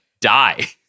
die